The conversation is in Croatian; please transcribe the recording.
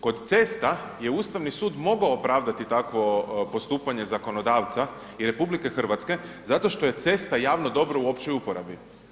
Kod cesta je Ustavni sud mogao opravdati takvo postupanje zakonodavca i RH zato što je cesta javno dobro u općoj uporabi.